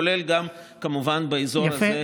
כולל כמובן באזור הזה.